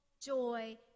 joy